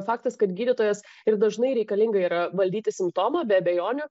faktas kad gydytojas ir dažnai reikalinga yra valdyti simptomą be abejonių